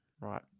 Right